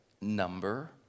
number